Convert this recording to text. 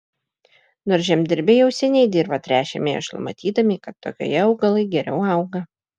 nors žemdirbiai jau seniai dirvą tręšė mėšlu matydami kad tokioje augalai geriau auga